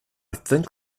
think